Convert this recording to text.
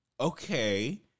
Okay